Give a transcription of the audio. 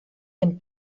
dem